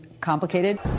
complicated